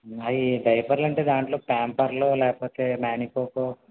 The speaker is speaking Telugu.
అయి డైపర్లు అంటే దాంట్లో ప్యాంపర్లు లేకపోతే మామిపోకో